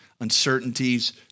uncertainties